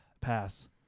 Pass